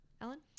ellen